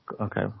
Okay